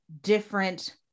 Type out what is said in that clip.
different